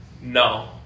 No